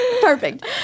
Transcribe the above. Perfect